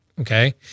okay